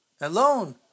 alone